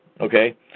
Okay